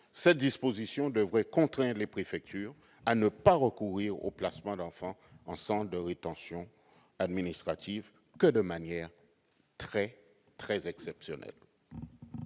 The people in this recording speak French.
cette disposition devrait contraindre les préfectures à ne recourir au placement d'enfants en centre de rétention administrative que de manière très exceptionnelle.